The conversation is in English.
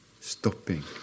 stopping